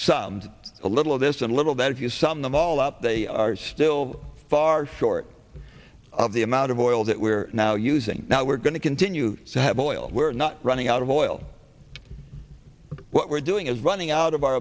some a little of this a little that if you some them all up they are still far short of the amount of oil that we're now using now we're going to continue to have oil we're not running out of oil but what we're doing is running out of our